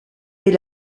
est